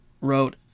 wrote